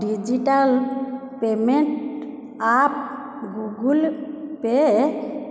digital payment app Google Pay